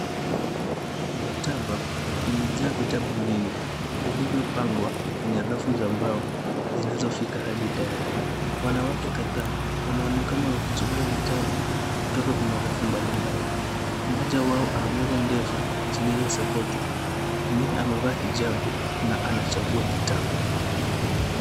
Maktaba imejaa vitabu vingi vilivyopangwa kwenye rafu za mbao zinazofika hadi kwenye dari. Wanawake kadhaa wanaonekana wakichagua vitabu kutoka kwenye rafu mbalimbali. Mmoja wao ana nywele ndefu zilizosokotwa, mwingine amevaa hijabu na anachagua kitabu.